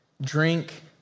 drink